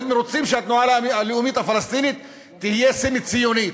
הם רוצים שהתנועה הלאומית הפלסטינית תהיה סמי-ציונית.